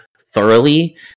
thoroughly